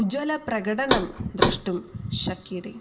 उज्वलप्रकटनं द्रष्टुं शक्यते